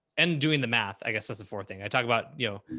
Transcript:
and doing the math, i guess that's the fourth thing i talk about, you know,